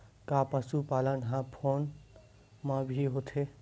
का पशुपालन ह फोन म भी होथे?